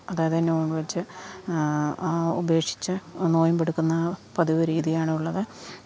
അതായത് non veg ഉപേക്ഷിച്ചു നൊയമ്പ് എടുക്കുന്ന പതിവ് രീതിയാണ് ഉള്ളത്